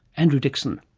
andrew dickson.